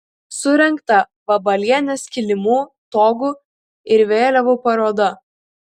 surengta vabalienės kilimų togų ir vėliavų paroda